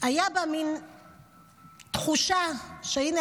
הייתה מין תחושה שהינה,